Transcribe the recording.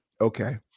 okay